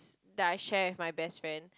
that I share with my best friend